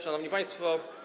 Szanowni Państwo!